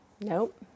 nope